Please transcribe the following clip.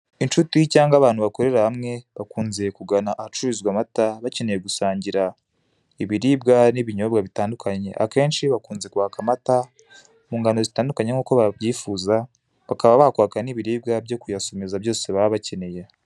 Incuti cyangwa abantu bakorera hamwe bakunze kugana ahacururizwa amata bakeneye gusangira ibiribwa n'ibinyobwa bitandukanye, akenshi bakunze kwaka amata mungano zitandukanye nkuko babyifuza bakaba bakwaka nibiribwa byo kuyasomeza byose baba bakeneye.